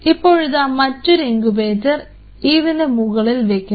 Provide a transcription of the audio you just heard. ഇപ്പോഴിതാ മറ്റൊരു ഇങ്കുബേറ്റർ ഇതിന് മുകളിൽ വയ്ക്കുന്നു